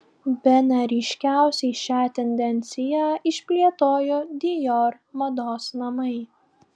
bene ryškiausiai šią tendenciją išplėtojo dior mados namai